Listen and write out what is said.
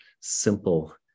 simple